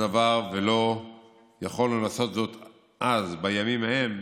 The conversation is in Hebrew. הדבר ולא יכולנו לעשות זאת בימים ההם,